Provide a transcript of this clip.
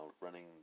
running